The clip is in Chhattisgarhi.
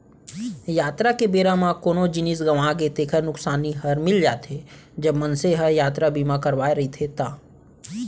यातरा के बेरा म कोनो जिनिस गँवागे तेकर नुकसानी हर मिल जाथे, जब मनसे ह यातरा बीमा करवाय रहिथे ता